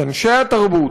את אנשי התרבות,